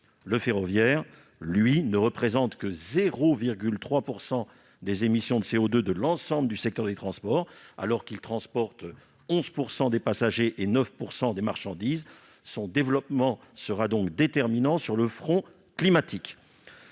Le ferroviaire, lui, ne représente que 0,3 % des émissions de CO2 de l'ensemble du secteur des transports, alors qu'il transporte 11 % des passagers et 9 % des marchandises. Son développement sera donc déterminant sur le front climatique.